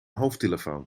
hoofdtelefoon